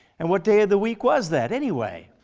and what day of the week was that anyway?